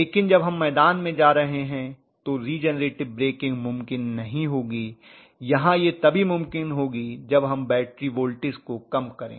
लेकिन जब हम मैदान में जा रहे हैं तो रिजेनरेटिव ब्रेकिंग मुमकिन नहीं होगी यहाँ यह तभी मुमकिन होगी जब हम बैटरी वोल्टेज को कम करें